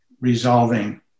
resolving